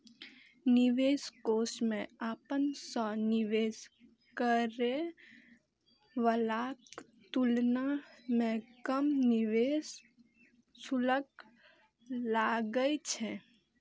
निवेश कोष मे अपना सं निवेश करै बलाक तुलना मे कम निवेश शुल्क लागै छै